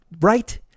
Right